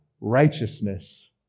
righteousness